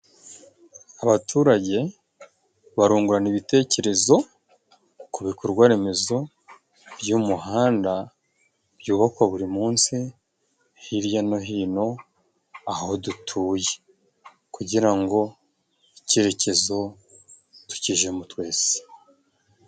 Abaturage barungurana ibitekerezo ku bikorwa remezo by'umuhanda byubakwa buri munsi hirya no hino aho dutuye kugira ngo icyerekezo tukijemo twese.